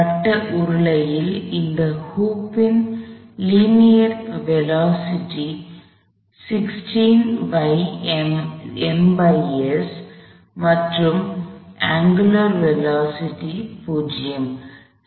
வட்ட உருளையின் இந்த ஹுப் ன் லீனியர் வேலோஸிட்டி linear velocityநேரியல் வேகம் மற்றும் அங்குலார் வேலோஸிட்டி angular velocity கோண வேகம் 0